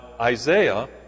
Isaiah